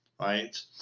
Right